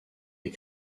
est